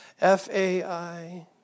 F-A-I